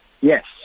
Yes